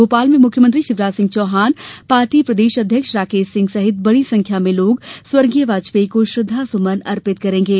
भोपाल में मुख्यमंत्री शिवराज र्थिंसह चौहान पार्टर्री प्रदेश अ ध्यक्ष राकेश सिंह सहित बड़ी सेंख्या में लोग स्वर्ग ी य वाजपेयी को श्रद्धासुमन अ र्पिपत करेंगे